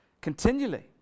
continually